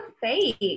fake